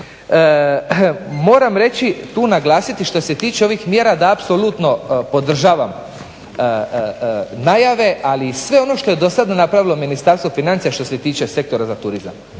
i tu naglasiti što se tiče ovih mjera da apsolutno podržavam najave, ali i sve ono što je dosad napravilo Ministarstvo financija što se tiče sektora za turizam.